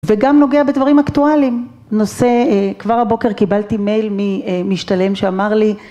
וגם נוגע בדברים אקטואליים, נושא כבר הבוקר קיבלתי מייל ממשתלם שאמר לי